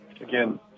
again